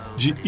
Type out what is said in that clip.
de